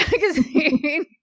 magazine